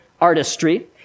artistry